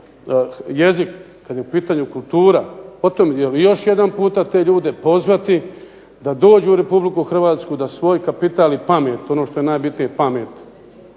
jezik, kad je u pitanju kultura, o tome dijelu i još jedanputa te ljude pozvati da dođu u Republiku Hrvatsku, da svoj kapital i pamet, ono što je najbitnije pamet,